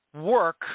work